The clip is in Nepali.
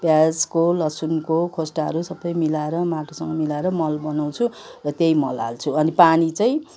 प्याजको लसुनको खोस्टाहरू सबै मिलाएर माटोसँग मिलाएर मल बनाउँछु र त्यही मल हाल्छु अनि पानी चाहिँ